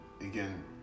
Again